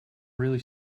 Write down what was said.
really